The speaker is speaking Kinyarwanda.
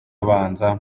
abanza